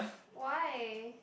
why